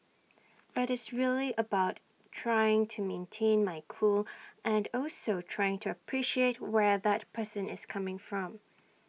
but it's really about trying to maintain my cool and also trying to appreciate where that person is coming from